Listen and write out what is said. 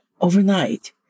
Overnight